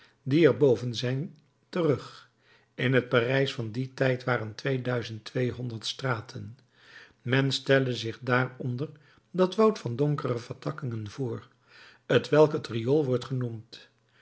die er boven zijn terug in het parijs van dien tijd waren twee duizend tweehonderd straten men stelle zich daaronder dat woud van donkere vertakkingen voor t welk het riool wordt genoemd